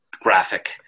graphic